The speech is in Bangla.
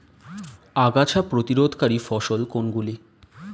আগাছা প্রতিরোধকারী ফসল কোনগুলি?